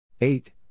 Eight